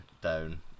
down